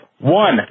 one